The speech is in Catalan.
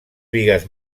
bigues